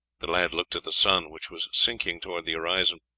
the lad looked at the sun, which was sinking towards the horizon.